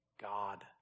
God